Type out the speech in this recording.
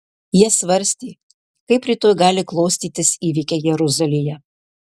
jie svarstė kaip rytoj gali klostytis įvykiai jeruzalėje